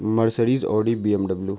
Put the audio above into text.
Mercedes Audi BMW